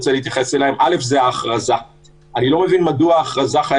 צריך להיות כתוב שרק תקנות שהן מאוד מיידיות וחשובות ודחופות,